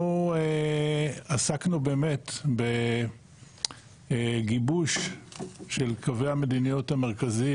אנחנו עסקנו באמת בגיבוש של קווי המדיניות המרכזיים,